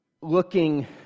looking